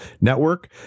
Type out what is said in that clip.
Network